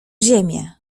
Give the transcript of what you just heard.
ziemię